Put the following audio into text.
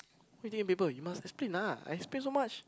why do you taking paper you must speak enough I speak so much